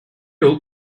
old